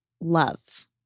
love